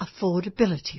affordability